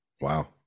Wow